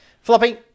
Floppy